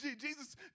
Jesus